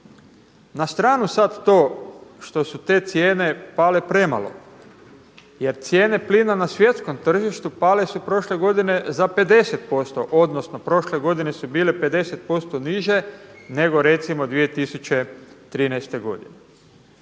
Na stranu sada to što su te cijene pale premalo, jer cijene plina na svjetskom tržištu pale su prošle godine za 50%, odnosno prošle godine su bile 50% niže nego recimo 2013. godine.